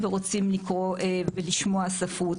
ורוצים לקרוא ולשמוע ספרות,